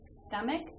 stomach